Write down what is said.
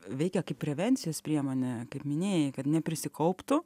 veikia kaip prevencijos priemonė kaip minėjai kad neprisikauptų